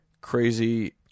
crazy